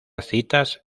citas